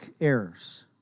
errors